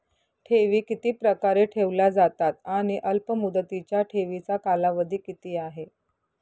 ठेवी किती प्रकारे ठेवल्या जातात आणि अल्पमुदतीच्या ठेवीचा कालावधी किती आहे?